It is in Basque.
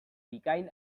bikain